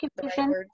confusion